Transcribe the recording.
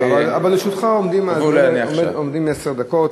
לזכותך עומדות עשר דקות.